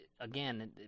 again